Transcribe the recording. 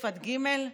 בשפת גימ"ל?